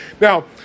Now